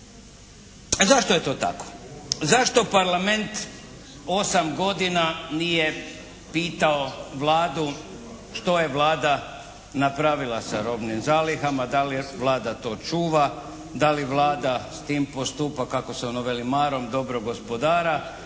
Zašto je to tako? Zašto Parlament osam godina nije pitao Vladu što je Vlada napravila sa robnim zalihama? Da li Vlada to čuva? Da li Vlada s tim postupa kako se ono veli, marom dobrog gospodara?